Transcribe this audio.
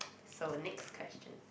so next question